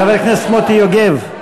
חבר הכנסת מוטי יוגב,